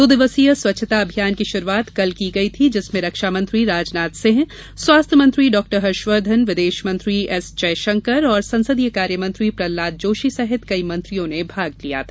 दो दिवसीय स्वच्छता अभियान की शुरूआत कल की गयी थी जिसमें रक्षा मंत्री राजनाथ सिंह स्वास्थ्य मंत्री डॉहर्षवर्द्वन विदेश मंत्री एसजयशंकर और संसदीय कार्यमंत्री प्रहलाद जोशी सहित कई मंत्रियों ने भाग लिया था